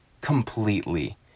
completely